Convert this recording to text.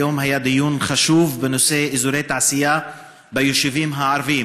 היום היה דיון חשוב בנושא אזורי תעשייה ביישובים הערביים